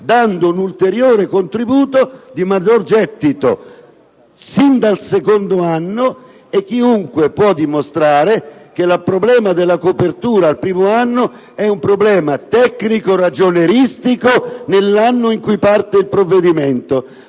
dando un ulteriore contributo di maggior gettito sin dal secondo anno. Chiunque può dimostrare che quello della copertura al primo anno è un problema tecnico-ragionieristico dell'anno in cui parte il provvedimento,